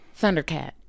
Thundercat